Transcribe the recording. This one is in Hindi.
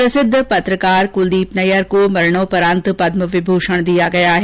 प्रसिद्ध पत्रकार कुलदीप नैयर को मरणोपरांत पदमभूषण दिया गया है